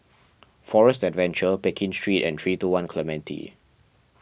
Forest Adventure Pekin Street and three two one Clementi